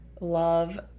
love